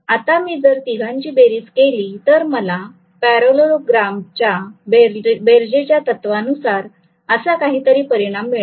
आता मी जर तिघांची बेरीज केली तर मला पॅरालेलोग्रॅम च्या बेरजेच्या तत्वानुसार असा काहीतरी परिणाम मिळेल